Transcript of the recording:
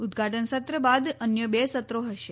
ઉદધાટન સત્ર બાદ અન્ય બે સત્રો હશે